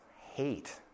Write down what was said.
Hate